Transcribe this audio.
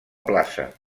plaça